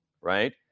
right